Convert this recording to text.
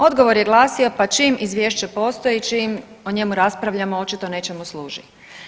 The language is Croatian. Odgovor je glasio, pa čim izvješće postoji, čim o njemu raspravljamo očito nečemu služi.